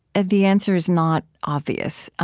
and the answer is not obvious.